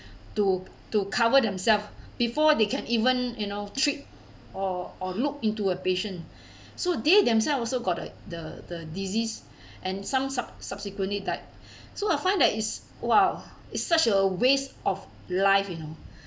to to cover themselves before they can even you know treat or or look into a patient so they themselves also got the the the disease and some sub~ subsequently died so I find that it's !wow! it's such a waste of life you know